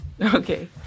Okay